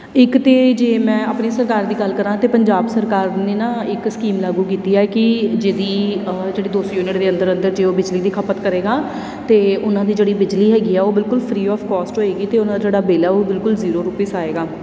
ਇੱਕ ਤਾਂ ਜੇ ਮੈਂ ਆਪਣੇ ਸਰਕਾਰ ਦੀ ਗੱਲ ਕਰਾਂ ਤਾਂ ਪੰਜਾਬ ਸਰਕਾਰ ਨੇ ਨਾ ਇੱਕ ਸਕੀਮ ਲਾਗੂ ਕੀਤੀ ਹੈ ਕਿ ਜਿਹਦੀ ਜਿਹੜੀ ਅ ਦੋ ਸੌ ਯੂਨਿਟ ਦੇ ਅੰਦਰ ਅੰਦਰ ਜੇ ਉਹ ਬਿਜਲੀ ਦੀ ਖ਼ਪਤ ਕਰੇਗਾ ਅਤੇ ਉਹਨਾਂ ਦੀ ਜਿਹੜੀ ਬਿਜਲੀ ਹੈਗੀ ਆ ਉਹ ਬਿਲਕੁਲ ਫਰੀ ਆਫ ਕੋਸਟ ਹੋਵੇਗੀ ਅਤੇ ਉਹਨਾਂ ਦਾ ਜਿਹੜਾ ਬਿੱਲ ਆ ਉਹ ਬਿਲਕੁਲ ਜ਼ੀਰੋ ਰੁਪੀਸ ਆਵੇਗਾ